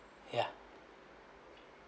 yeah